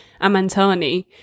Amantani